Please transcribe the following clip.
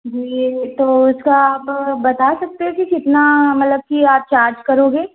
जी तो उसका आप बता सकते हो कि कितना मतलब कि आप चार्ज करोगे